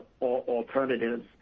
alternatives